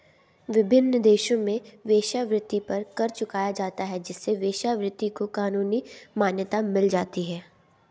विभिन्न देशों में वेश्यावृत्ति पर कर चुकाया जाता है जिससे वेश्यावृत्ति को कानूनी मान्यता मिल जाती है